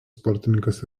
sportininkas